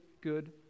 good